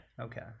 Okay